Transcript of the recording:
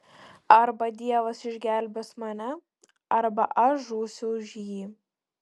arba dievas išgelbės mane arba aš žūsiu už jį